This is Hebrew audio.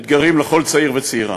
אתגרים לכל צעיר וצעירה.